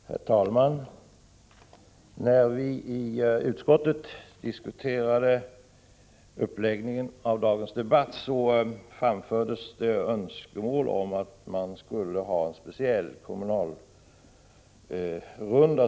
Herr talman! När vi i utskottet diskuterade uppläggningen av dagens debatt framfördes det önskemål om en speciell ”kommunalrunda”.